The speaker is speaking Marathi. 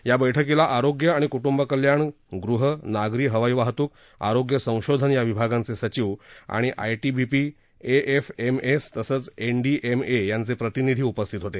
या बैठकीला आरोग्य आणि कुटुंब कल्याण गृह नागरी हवाई वाहतूक आरोग्य संशोधन या विभागांचे सचिव आणि I T B P A F M S तसच एन डी एम ए यांचे प्रतिनिधी उपस्थित होते